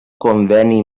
conveni